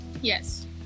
Yes